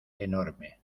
enorme